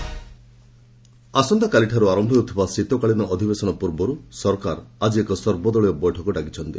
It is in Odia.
ପାଲାମେଣ୍ଟ୍ ମିଟ୍ ଆସନ୍ତାକାଲିଠାର୍ଚ ଆରମ୍ଭ ହେଉଥିବା ଶୀତକାଳୀନ ଅଧିବେଶନ ପୂର୍ବରୁ ସରକାର ଆଜି ଏକ ସର୍ବଦଳୀୟ ବୈଠକ ଡାକିଛନ୍ତି